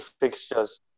fixtures